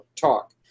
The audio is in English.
talk